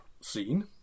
scene